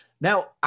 Now